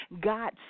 God